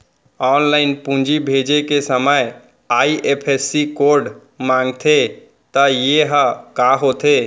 Online पूंजी भेजे के समय आई.एफ.एस.सी कोड माँगथे त ये ह का होथे?